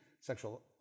sexual